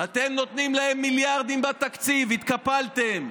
אתם נותנים להם מיליארדים בתקציב, התקפלתם.